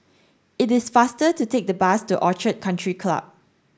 it is faster to take the bus to Orchid Country Club